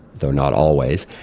though not always.